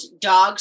dogs